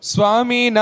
Swami